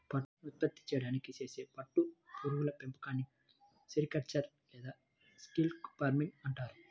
పట్టును ఉత్పత్తి చేయడానికి చేసే పట్టు పురుగుల పెంపకాన్ని సెరికల్చర్ లేదా సిల్క్ ఫార్మింగ్ అంటారు